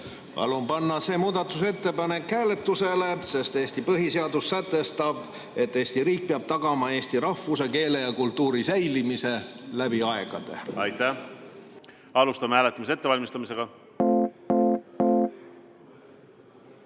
Palun panna see muudatusettepanek hääletusele, sest Eesti põhiseadus sätestab, et Eesti riik peab tagama eesti rahvuse, keele ja kultuuri säilimise läbi aegade. Aitäh! Alustame hääletamise ettevalmistamist.